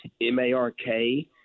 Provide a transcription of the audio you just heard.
M-A-R-K